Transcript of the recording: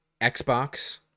xbox